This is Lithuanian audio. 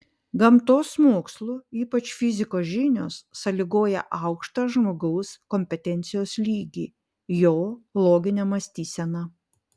gamtos mokslų ypač fizikos žinios sąlygoja aukštą žmogaus kompetencijos lygį jo loginę mąstyseną